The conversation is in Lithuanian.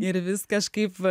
ir vis kažkaip